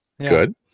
Good